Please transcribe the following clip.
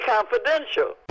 Confidential